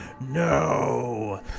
no